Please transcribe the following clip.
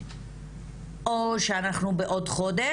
או שאנחנו בעוד חודש,